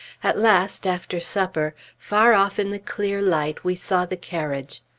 at last, after supper, far off in the clear light we saw the carriage.